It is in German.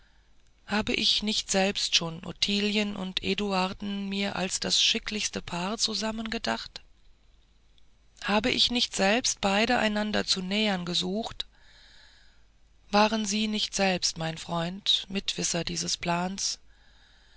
habe ich nicht selbst schon ottilien und eduarden mir als das schicklichste paar zusammengedacht habe ich nicht selbst beide einander zu nähern gesucht waren sie nicht selbst mein freund mitwisser dieses plans